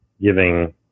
giving